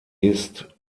ist